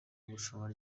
marushanwa